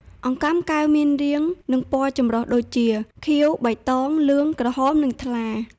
អង្កាំកែវមានរាង និងពណ៌ចម្រុះដូចជា ខៀវ បៃតង លឿង ក្រហម និងថ្លា។